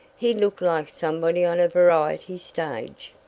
he looked like somebody on a variety stage.